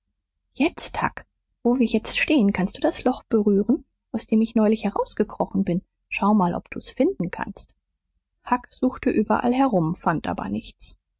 jetzt huck wo wir jetzt stehn kannst du das loch berühren aus dem ich neulich herausgekrochen bin schau mal ob du's finden kannst huck suchte überall herum fand aber nichts